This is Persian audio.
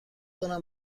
دارم